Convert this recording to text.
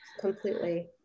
completely